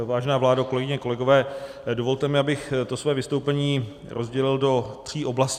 Vážená vládo, kolegyně, kolegové, dovolte mi, abych své vystoupení rozdělil do tří oblastí.